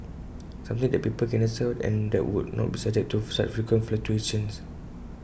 something that people can understand and that would not be subject to such frequent fluctuations